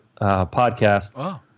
podcast